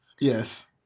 Yes